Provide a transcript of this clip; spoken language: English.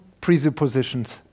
presuppositions